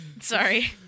Sorry